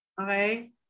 Okay